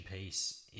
piece